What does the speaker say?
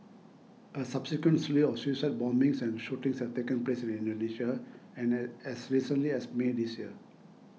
a subsequent slew of suicide bombings and shootings have taken place in Indonesia and an as recently as May this year